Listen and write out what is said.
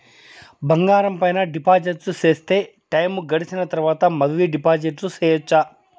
బంగారం పైన డిపాజిట్లు సేస్తే, టైము గడిసిన తరవాత, మళ్ళీ డిపాజిట్లు సెయొచ్చా?